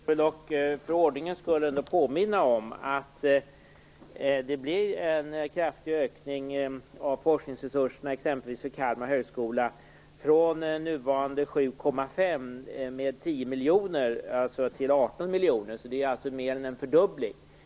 Fru talman! Låt mig dock för ordningens skull påminna om att det blir en kraftig ökning av forskningsresurserna, exempelvis för Kalmar högskola från nuvarande 7,5 miljoner till 18 miljoner. Det är mer än en fördubbling.